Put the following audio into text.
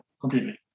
completely